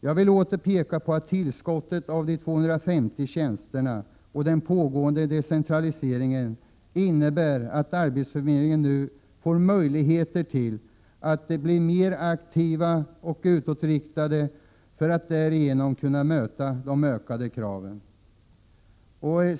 Jag vill åter peka på att tillskottet av de 250 tjänsterna och den pågående decentraliseringen innebär att arbetsförmedlingen nu får möjligheter att bli mer aktiv och utåtriktad. Därigenom kan den möta de ökade kraven.